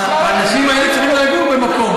האנשים האלה צריכים לגור במקום.